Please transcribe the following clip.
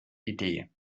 idee